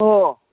ओ